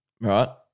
right